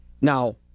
Now